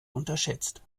unterschätzt